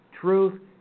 truth